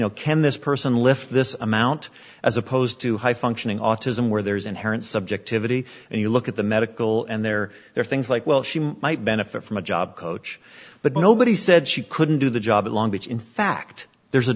know can this person lift this amount as opposed to high functioning autism where there's inherent subjectivity and you look at the medical and they're there things like well she might benefit from a job coach but nobody said she couldn't do the job at long beach in fact there's a